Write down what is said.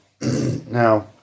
Now